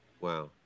Wow